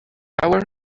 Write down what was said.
hour